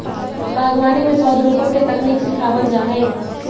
बागवानी में पौधरोपण के तकनीक सिखावल जा हई